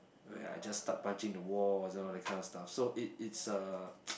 where I just start punching the walls you know that kind of stuff so it it's a